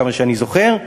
עד כמה שאני זוכר.